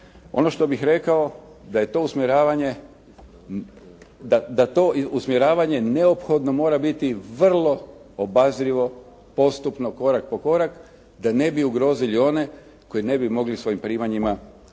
Ono što bih rekao da to usmjeravanje ne ophodno mora biti vrlo obazrivo, postupno korak po korak da ne bi ugrozili one koji ne bi mogli svojim primanjima pratiti